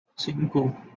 cinco